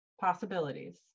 possibilities